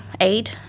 aid